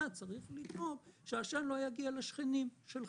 צריך לדאוג שעשן לא יגיע לשכנים שלך.